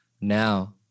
now